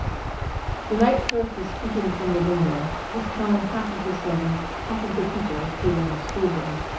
the night clerk was speaking from the window, his tone half of the servant, half of the teacher reproving a schoolboy.